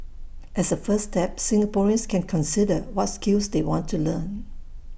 as A first step Singaporeans can consider what skills they want to learn